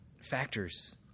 factors